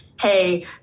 Hey